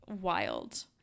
Wild